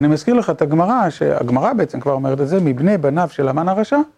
אני מזכיר לך את הגמרא, שהגמרא בעצם כבר אומרת את זה, מבני בניו של המן הרשע.